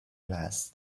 glass